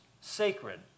sacred